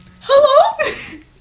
Hello